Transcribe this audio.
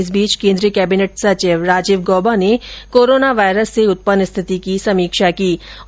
इस बीच केंद्रीय कैबिनेट सचिव राजीव गॉबा ने कोरोना वायरस से उत्पन्न स्थिति की समीक्षा की है